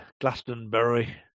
Glastonbury